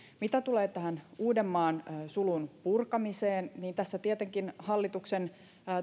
mitä tulee tähän uudenmaan sulun purkamiseen niin tässä tietenkin hallituksen